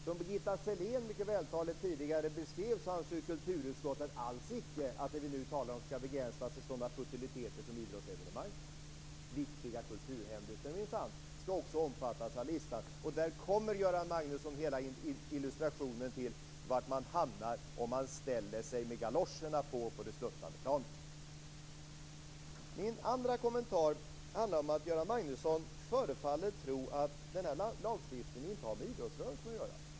Som Birgitta Sellén mycket vältaligt tidigare beskrev anser ju kulturutskottet alls icke att det vi nu talar om skall begränsas till sådana futiliteter som idrottsevenemang. Viktiga kulturhändelser skall minsann också omfattas av listan. Och där kommer, Göran Magnusson, hela illustrationen till var man hamnar om man ställer sig med galoscherna på på det sluttande planet. Min andra kommentar handlar om att Göran Magnusson förefaller tro att den här lagstiftningen inte har med idrottsrörelsen att göra.